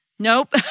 Nope